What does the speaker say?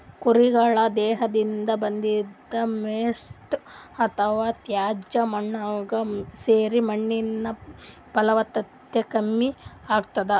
ಕುರಿಗಳ್ ದೇಹದಿಂದ್ ಬಂದಿದ್ದ್ ವೇಸ್ಟ್ ಅಥವಾ ತ್ಯಾಜ್ಯ ಮಣ್ಣಾಗ್ ಸೇರಿ ಮಣ್ಣಿನ್ ಫಲವತ್ತತೆ ಕಮ್ಮಿ ಆತದ್